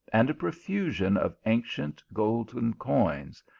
and a profusion of ancient golden coin,